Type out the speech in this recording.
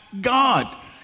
God